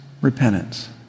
repentance